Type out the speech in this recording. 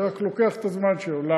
זה רק לוקח את הזמן שלו.